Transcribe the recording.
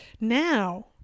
now